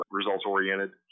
results-oriented